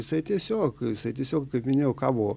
jisai tiesiog jisai tiesiog kaip minėjau kabo